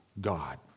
God